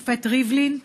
השופט ריבלין,